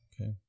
Okay